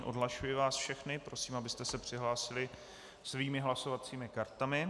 Odhlašuji vás všechny a prosím, abyste se přihlásili svými hlasovacími kartami.